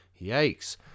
Yikes